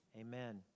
Amen